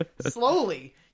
slowly